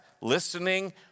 listening